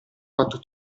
fatto